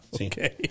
Okay